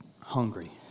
Hungry